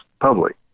public